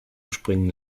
springen